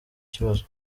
kibazo